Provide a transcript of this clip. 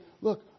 look